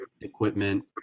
equipment